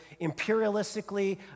imperialistically